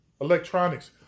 electronics